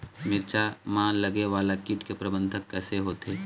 मिरचा मा लगे वाला कीट के प्रबंधन कइसे होथे?